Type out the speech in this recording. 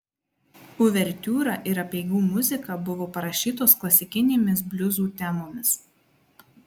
uvertiūra ir apeigų muzika buvo parašytos klasikinėmis bliuzų temomis